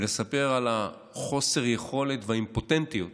ולספר על חוסר היכולת והאימפוטנטיות